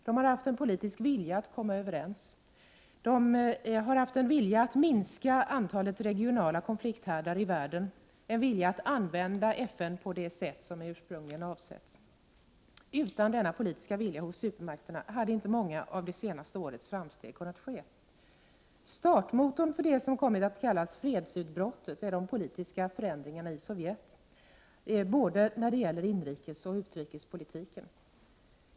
De har haft en politisk vilja att komma överens, att minska antalet regionala konflikthärdar i världen och att använda FN på det sätt som ursprungligen avsågs. Utan denna politiska vilja hos supermakterna hade inte många av det senaste årets framsteg kunnat ske. Startmotorn för det som kommit att kallas fredsutbrottet är de politiska förändringarna i Sovjet, både för inrikespolitiken och för utrikespolitiken.